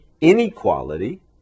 inequality